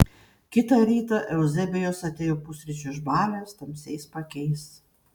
kitą rytą euzebijus atėjo pusryčių išbalęs tamsiais paakiais